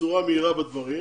בצורה מהירה בדברים.